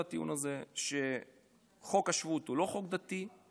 הטיעון הזה שחוק השבות הוא לא חוק דתי,